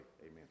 amen